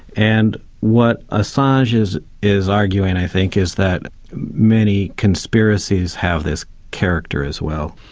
and what assange is is arguing i think is that many conspiracies have this character as well.